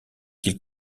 qu’il